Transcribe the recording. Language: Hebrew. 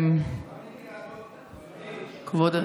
גברתי,